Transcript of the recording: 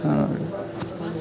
Rajasthan